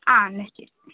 ആ എന്നാൽ ശരി